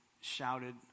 shouted